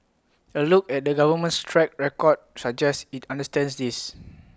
A look at the government's track record suggests IT understands this